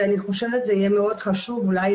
ואני חושבת שזה יהיה מאוד חשוב אולי,